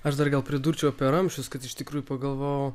aš dar gal pridurčiau apie ramsčius kad iš tikrųjų pagalvojau